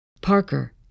Parker